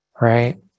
right